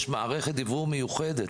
יש מערכת דיוורור מיוחדת.